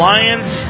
Lions